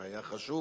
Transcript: היה חשוב